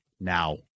Now